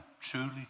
Truly